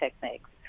techniques